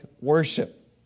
worship